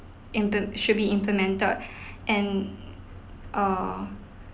imple~ should be implemented and err